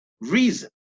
Reason